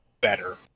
better